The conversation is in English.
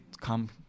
come